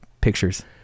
pictures